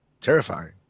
Terrifying